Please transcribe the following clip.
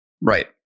Right